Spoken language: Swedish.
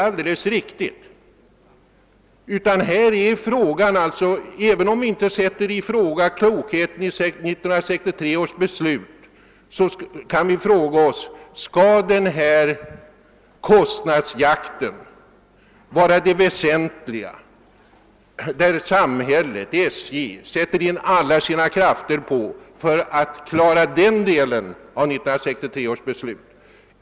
även om man inte ifrågasätter klokheten i 1963 års beslut kan man fråga sig om kostnadsjakten är det väsentliga, varvid samhället, SJ, skall sätta in alla krafter på att klara den delen av 1963 års beslut.